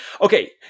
Okay